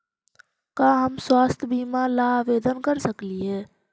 का हम स्वास्थ्य बीमा ला आवेदन कर सकली हे?